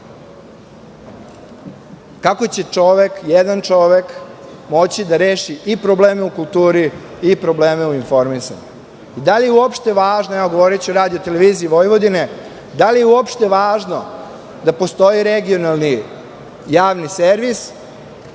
Kako će jedan čovek moći da reši i probleme u kulturi i probleme u informisanju? Da li je opšte važno, govoriću o RTV, da li je uopšte važno da postoji regionalni javni servis